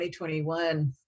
2021